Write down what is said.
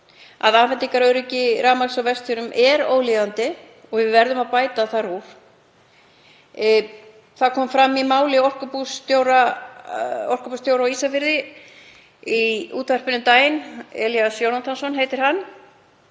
að afhendingaröryggi rafmagns á Vestfjörðum er ólíðandi og við verðum að bæta þar úr. Það kom fram í máli orkubússtjóra á Ísafirði í útvarpinu um daginn, Elías Jónatansson heitir hann,